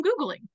Googling